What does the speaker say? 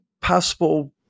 possible